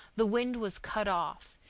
the wind was cut off,